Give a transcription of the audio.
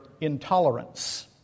intolerance